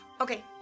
Okay